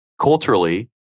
culturally